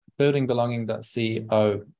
Buildingbelonging.co